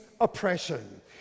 oppression